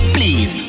Please